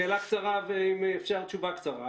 שאלה קצרה, ואם אפשר, תשובה קצרה.